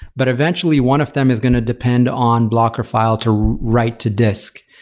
but, eventually, one of them is going to depend on blocker file to write to disk.